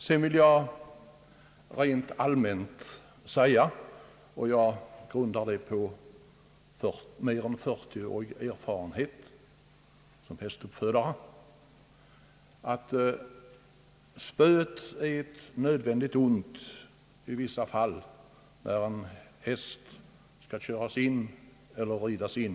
Jag vill rent allmänt säga — jag grundar det på mer än 40 års erfarenhet som hästuppfödare — att spö är ett nödvändigt ont i vissa fall när en häst skall köras in eller ridas in.